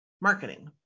marketing